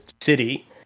city